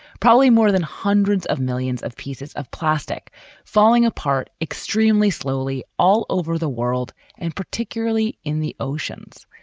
probably more than hundreds of millions of pieces of plastic falling apart extremely slowly all over the world and particularly in the oceans.